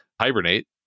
hibernate